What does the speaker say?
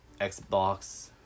Xbox